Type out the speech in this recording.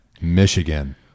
Michigan